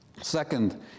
Second